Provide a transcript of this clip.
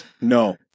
No